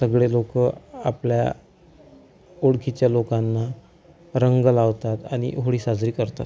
सगळे लोकं आपल्या ओळखीच्या लोकांना रंग लावतात आणि होळी साजरी करतात